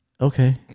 Okay